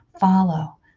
follow